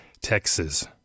Texas